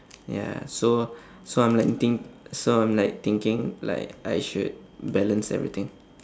ya so so I'm like think~ so I'm like thinking like I should balance everything